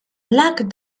black